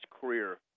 career